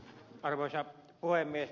arvoisa puhemies